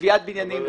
לצביעת בניינים,